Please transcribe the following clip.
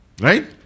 Right